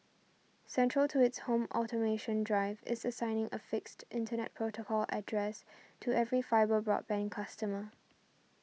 central to its home automation drive is assigning a fixed Internet protocol address to every fibre broadband customer